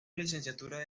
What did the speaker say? licenciatura